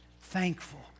thankful